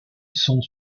sont